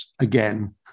again